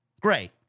Great